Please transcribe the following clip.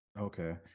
Okay